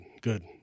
good